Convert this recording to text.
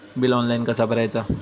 Bill online कसा भरायचा?